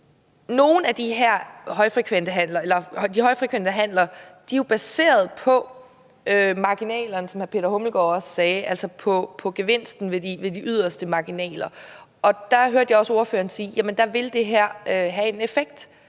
steder. De her højfrekvente handler er jo baseret på marginalerne, som hr. Peter Hummelgaard Thomsen også sagde, altså på gevinsten ved de yderste marginaler. Og jeg hørte også ordføreren sige, at der vil det her have en effekt.